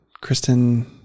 Kristen